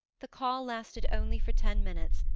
the call lasted only for ten minutes,